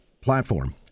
platform